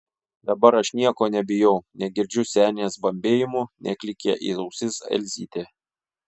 dabar aš nieko nebijau negirdžiu senės bambėjimų neklykia į ausis elzytė